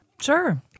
Sure